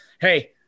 hey